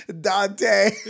dante